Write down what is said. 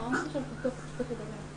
בנוסף גם בעיות עיכול,